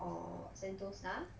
orh sentosa